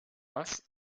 das